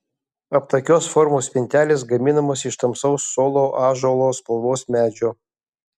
aptakios formos spintelės gaminamos iš tamsaus solo ąžuolo spalvos medžio